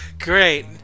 Great